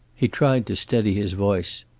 he tried to steady his voice.